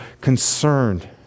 concerned